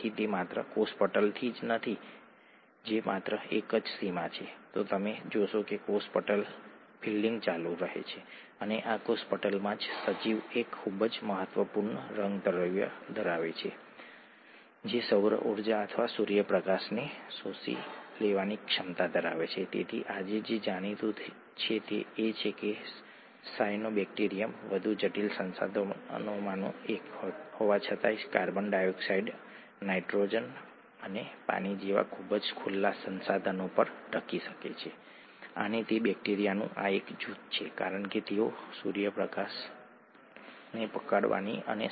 ATP ઊર્જાના મુક્ત થવાથી એડીપીમાં રૂપાંતરિત થાય છે અને આ ઊર્જા યોગ્ય રીતે કદની યોગ્ય રીતે હાથ ધરવા માટે વિવિધ વિવિધ કોષીય પ્રક્રિયાઓ પ્રતિક્રિયાઓ વગેરેની જરૂરિયાતોને પરિપૂર્ણ કરવા માટે યોગ્ય રીતે આકારની હોય છે